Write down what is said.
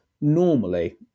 normally